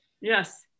Yes